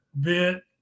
bit